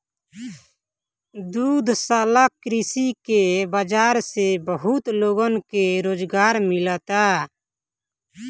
दुग्धशाला कृषि के बाजार से बहुत लोगन के रोजगार मिलता